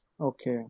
Okay